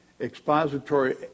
expository